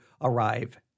arrive